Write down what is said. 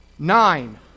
Nine